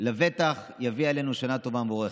לבטח יביא עלינו שנה טובה ומבורכת.